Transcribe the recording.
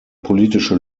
politische